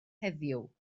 heddiw